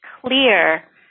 clear